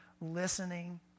listening